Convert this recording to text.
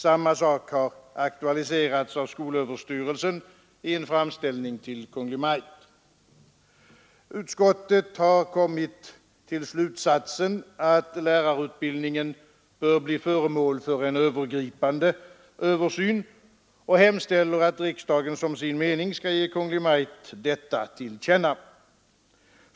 Samma sak har aktualiserats av skolöverstyrelsen i en framställning till Kungl. Maj:t. Utskottet har kommit till slutsatsen att lärarutbildningen bör bli föremål för en genomgripande översyn och hemställer att riksdagen som sin mening skall ge Kungl. Maj:t detta till känna.